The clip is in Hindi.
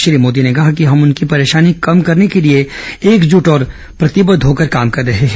श्री मोदी ने कहा कि हम उनकी परेशानी कम करने के लिए एकजुट और प्रतिबद्ध होकर काम कर रहे हैं